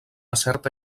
certa